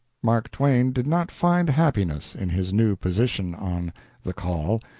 mark twain did not find happiness in his new position on the call.